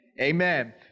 amen